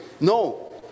No